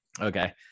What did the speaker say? Okay